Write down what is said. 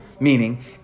Meaning